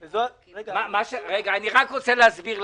רגע, אני רק רוצה להסביר לשגית.